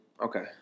Okay